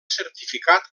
certificat